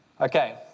Okay